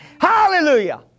Hallelujah